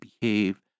behave